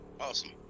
Awesome